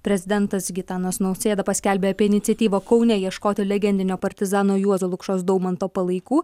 prezidentas gitanas nausėda paskelbė apie iniciatyvą kaune ieškoti legendinio partizano juozo lukšos daumanto palaikų